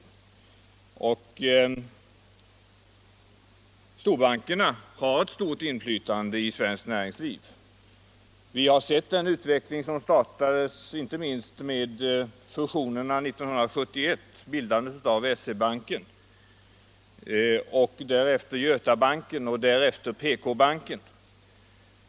Storbankerna har ett stort inflytande i svenskt näringsliv. Vi har sett den utveckling som startades inte minst med fusionerna 1971 — bildandet av SE-banken — därefter Götabanken och sedan PK-banken.